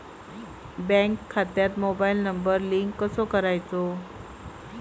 Bank खात्यात mobile number link कसो करायचो?